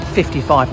55